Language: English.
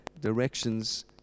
directions